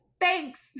thanks